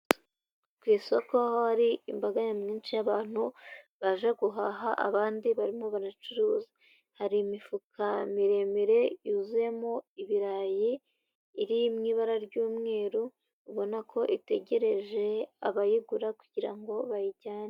Ku isoko hari imbaga nyamwinshi y'abantu baje guhaha, abandi barimo baracuruza. Hari imifuka miremire yuzuyemo ibirayi iri mu ibara ry'umweru, ubona ko itegereje abayigura kugira ngo bayijyane.